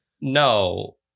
No